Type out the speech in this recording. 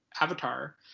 avatar